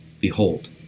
Behold